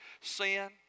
Sin